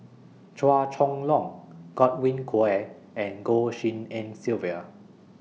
Chua Chong Long Godwin Koay and Goh Tshin En Sylvia